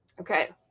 Okay